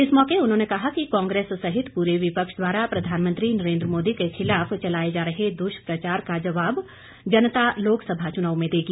इस मौके उन्होंने कहा कि कांग्रेस सहित पूरे विपक्ष द्वारा प्रधानमंत्री नरेन्द्र मोदी के खिलाफ चलाए जा रहे दुष्प्रचार का जवाब जनता लोकसभा चुनाव में देगी